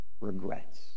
regrets